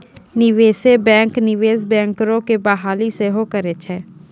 निवेशे बैंक, निवेश बैंकरो के बहाली सेहो करै छै